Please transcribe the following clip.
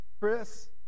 Chris